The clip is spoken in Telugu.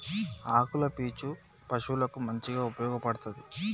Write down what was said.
ఆకుల పీచు పశువులకు మంచిగా ఉపయోగపడ్తది